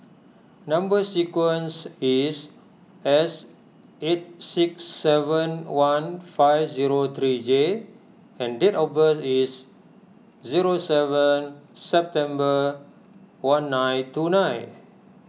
Number Sequence is S eight six seven one five zero three J and date of birth is zero seven September one nine two nine